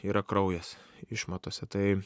yra kraujas išmatose tai